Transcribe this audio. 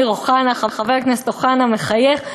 חבר הכנסת אמיר אוחנה מחייך.